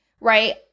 right